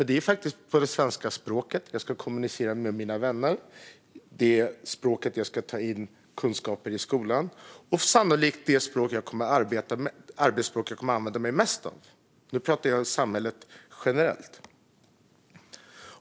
Det är faktiskt på det svenska språket som jag ska kommunicera med mina vänner. Det är på svenska jag ska ta in kunskaper i skolan, och sannolikt är svenska det arbetsspråk jag kommer att använda mig mest av. Nu pratar jag om samhället generellt.